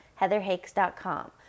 heatherhakes.com